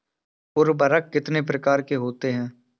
उर्वरक कितने प्रकार के होते हैं?